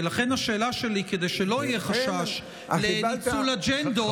ולכן השאלה שלי, כדי שלא יהיה חשש לניצול אג'נדות,